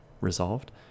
resolved